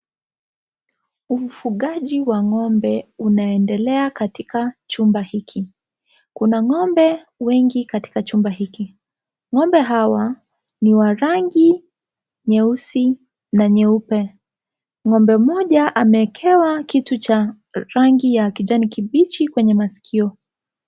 Ufugaji wa ng'ombe unaendelea katika chumba hiki. Kuna ng'ombe wengi katika chumba hiki. Ng'ombe hawa ni wa rangi nyeusi na nyeupe. Ng'ombe mmoja amewekewa kitu cha rangi ya kijani kibichi kwenye masikio.